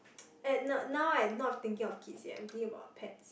uh now I'm not thinking of kids yet I'm thinking about pets